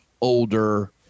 older